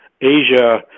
Asia